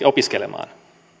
opiskelemaan